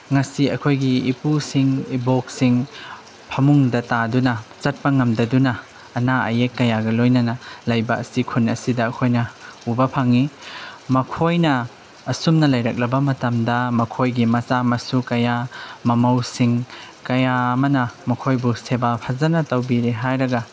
ꯉꯁꯤ ꯑꯩꯈꯣꯏꯒꯤ ꯏꯄꯨꯁꯤꯡ ꯏꯕꯣꯛꯁꯤꯡ ꯐꯃꯨꯡꯗ ꯇꯥꯗꯨꯅ ꯆꯠꯄ ꯉꯝꯗꯗꯨꯅ ꯑꯅꯥ ꯑꯌꯦꯛ ꯀꯌꯥꯒ ꯂꯣꯏꯅꯅ ꯂꯩꯕ ꯑꯁꯤ ꯈꯨꯟ ꯑꯁꯤꯗ ꯑꯩꯈꯣꯏꯅ ꯎꯕ ꯐꯪꯉꯤ ꯃꯈꯣꯏꯅ ꯑꯁꯨꯝꯅ ꯂꯩꯔꯛꯂꯕ ꯃꯇꯝꯗ ꯃꯈꯣꯏꯒꯤ ꯃꯆꯥ ꯃꯁꯨ ꯀꯌꯥ ꯃꯃꯧꯁꯤꯡ ꯀꯌꯥ ꯑꯃꯅ ꯃꯈꯣꯏꯕꯨ ꯁꯦꯕꯥ ꯐꯖꯅ ꯇꯧꯕꯤꯔꯦ ꯍꯥꯏꯔꯒ